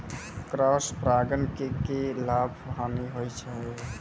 Cross परागण के की लाभ, हानि होय छै?